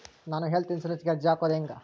ನಾನು ಹೆಲ್ತ್ ಇನ್ಸುರೆನ್ಸಿಗೆ ಅರ್ಜಿ ಹಾಕದು ಹೆಂಗ?